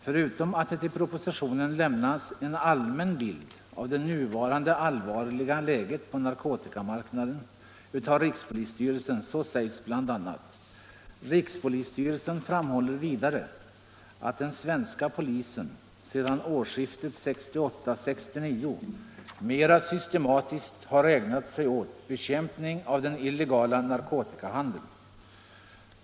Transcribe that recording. Förutom att det i propositionen lämnas en allmän bild av det nuvarande allvarliga läget på narkotikamarknaden sägs bl.a.: ”Rikspolisstyrelsen framhåller vidare att den svenska polisen sedan årsskiftet 1968/69 mera systematiskt har ägnat sig åt bekämpning av den illegala narkotikahandeln.